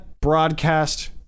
broadcast